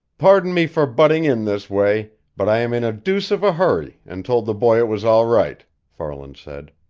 pardon me for butting in this way, but i am in a deuce of a hurry and told the boy it was all right, farland said.